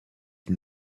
une